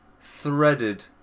threaded